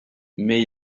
mais